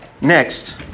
Next